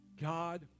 God